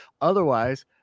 Otherwise